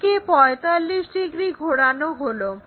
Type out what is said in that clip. একে 45 ডিগ্রি ঘোরানো হলো